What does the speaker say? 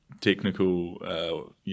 technical